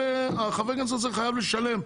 חבר הכנסת הזה חייב לשלם,